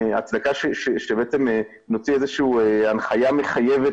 הצדקה שבעצם נוציא איזו שהיא הנחייה מחייבת